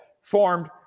formed